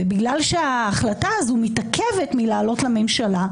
ובגלל שההחלטה הזאת מתעכבת מלעלות לממשלה,